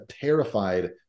terrified